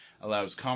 allows